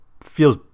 feels